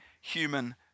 human